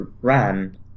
ran